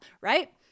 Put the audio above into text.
right